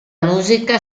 musica